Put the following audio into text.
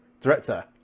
Director